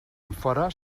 enfora